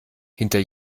hinter